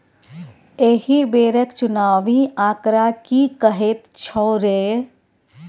एहि बेरक चुनावी आंकड़ा की कहैत छौ रे